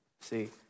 See